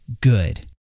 good